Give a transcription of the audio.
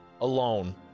alone